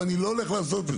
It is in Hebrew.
ואני לא הולך לעשות את זה.